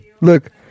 Look